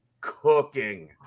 cooking